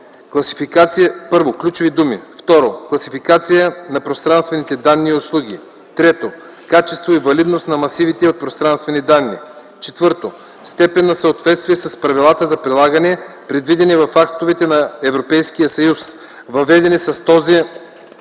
класификация на пространствените данни и услуги; 3. качество и валидност на масивите от пространствени данни; 4. степен на съответствие с правилата за прилагане, предвидени в актовете на Европейския съюз, въведени с този